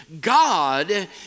God